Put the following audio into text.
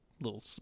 little